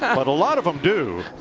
but a lot of them do.